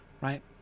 Right